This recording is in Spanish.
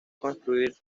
construir